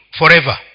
forever